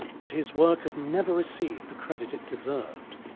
but his work had never received the credit it deserved,